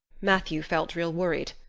matthew felt real worried.